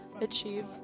achieve